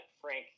Frank